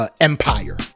empire